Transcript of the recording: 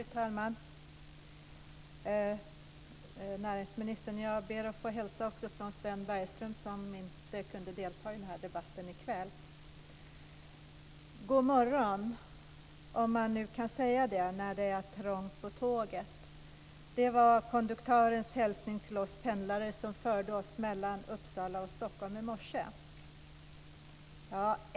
Fru talman! Näringsministern! Jag ber att få hälsa från Sven Bergström som inte kunde delta i debatten i kväll. God morgon! Om man nu kan säga det när det är trångt på tåget. Det var konduktörens hälsning till oss pendlare när vi fördes mellan Uppsala och Stockholm i morse.